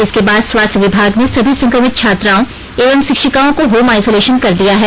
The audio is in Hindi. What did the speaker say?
इसके बाद स्वास्थ विभाग ने सभी संक्रमित छात्राओं एवं शिक्षिकाओं को होम आइसोलेशन कर दिया है